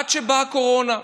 עד שבאה הקורונה.